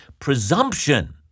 presumption